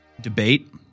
debate